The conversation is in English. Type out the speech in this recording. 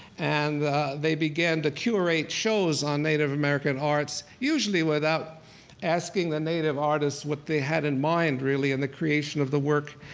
and they began to curate shows on native american arts, usually without asking the native artists what they had in mind, really, in the creation of the work.